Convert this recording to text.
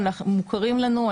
מוכרים לנו,